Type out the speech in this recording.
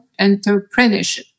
entrepreneurship